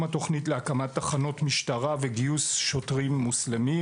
התוכנית להקמת תחנות משטרה וגיוס שוטרים מוסלמים.